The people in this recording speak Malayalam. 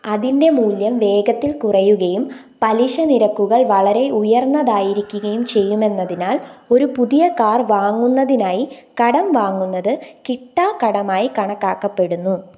അതിൻ്റെ മൂല്യം വേഗത്തിൽ കുറയുകയും പലിശ നിരക്കുകൾ വളരെ ഉയർന്നതായിരിക്കുകയും ചെയ്യുമെന്നതിനാൽ ഒരു പുതിയ കാർ വാങ്ങുന്നതിനായി കടം വാങ്ങുന്നത് കിട്ടാക്കടമായി കണക്കാക്കപ്പെടുന്നു